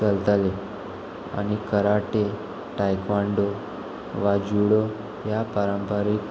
चलताले आनी karate taekwondo वा जुडो ह्या पारंपारीक